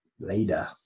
later